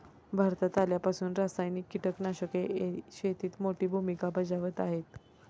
भारतात आल्यापासून रासायनिक कीटकनाशके शेतीत मोठी भूमिका बजावत आहेत